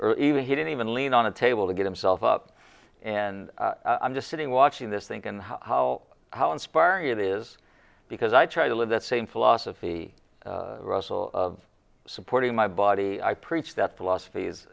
or even he didn't even lean on a table to get himself up and i'm just sitting watching this thing and how how inspiring it is because i try to live that same philosophy russell of supporting my body i preach that philosoph